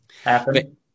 happen